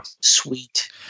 Sweet